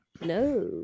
no